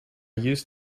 use